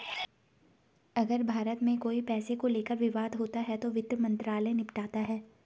अगर भारत में कोई पैसे को लेकर विवाद होता है तो वित्त मंत्रालय निपटाता है